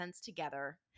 together